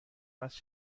وصل